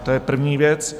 To je první věc.